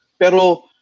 Pero